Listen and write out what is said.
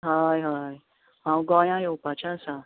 हय हय हांव गोंया येवपाचें आसा